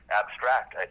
abstract